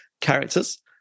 characters